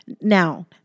Now